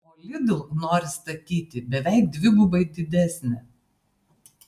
o lidl nori statyti beveik dvigubai didesnę